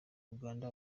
uganda